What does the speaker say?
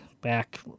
back